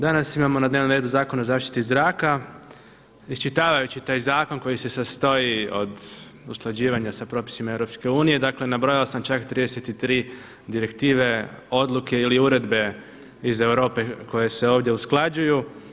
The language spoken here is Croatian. Danas imamo na dnevnom redu Zakon o zaštiti zraka, iščitavajući taj zakon koji se sastoji od usklađivanja sa propisima EU dakle nabrojao sam čak 33 direktive odluke ili uredbe iz Europe koje se ovdje usklađuju.